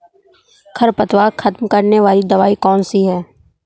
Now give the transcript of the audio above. खरपतवार खत्म करने वाली दवाई कौन सी है?